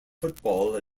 football